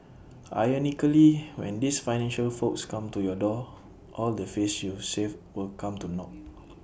ironically when these financial folks come to your door all the face you saved will come to naught